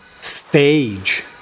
stage